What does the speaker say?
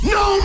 no